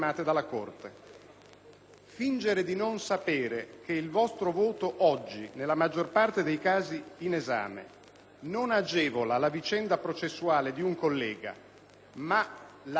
Fingere di non sapere che il vostro voto oggi, nella maggior parte dei casi in esame, non agevola la vicenda processuale di un collega, ma la ritarda soltanto